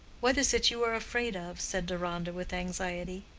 what is it you are afraid of? said deronda with anxiety.